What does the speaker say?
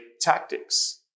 tactics